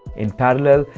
in parallel,